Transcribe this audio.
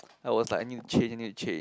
I was like I need to change I need to change